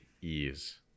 ease